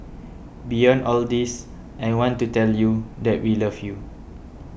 beyond all this I want to tell you that we love you